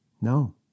No